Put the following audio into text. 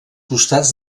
costats